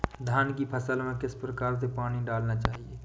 धान की फसल में किस प्रकार से पानी डालना चाहिए?